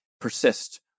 persist